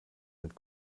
mit